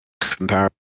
comparable